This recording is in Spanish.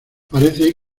parece